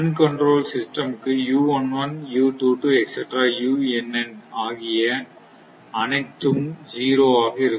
uncontrolled system க்கு கிய அனைத்தும் ஸிரோ ஆக இருக்கும்